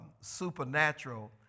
supernatural